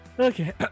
Okay